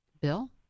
bill